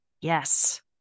Yes